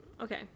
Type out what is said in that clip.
Okay